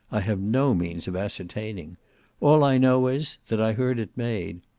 i have no means of ascertaining all i know is, that i heard it made.